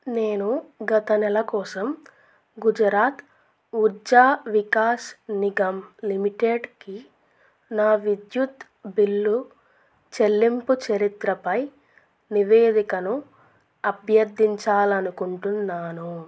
నేను గత నెల కోసం గుజరాత్ ఉర్జా వికాస్ నిగమ్ లిమిటెడ్కి నా విద్యుత్ బిల్లు చెల్లింపు చరిత్రపై నివేదికను అభ్యర్థించాలి అనుకుంటున్నాను